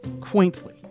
quaintly